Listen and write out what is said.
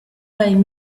playing